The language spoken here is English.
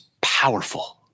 powerful